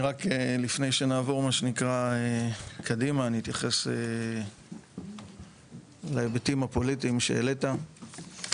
רק לפני שנעבור קדימה אני אתייחס להיבטים הפוליטיים שהעלית.